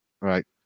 Right